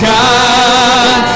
God